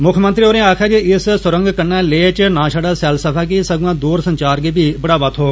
मुक्खमंत्री होरें आक्खेआ जे इस सुरंग कन्नै लेह च न छड़ा सैलसफा गी सगुआं दूर संचार गी बी बढ़ावा थ्होग